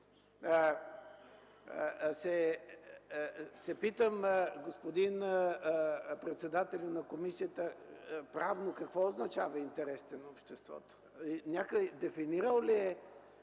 се питам, господин председателю на комисията, правно какво означава „интересите на обществото”? Някъде дефинирано ли е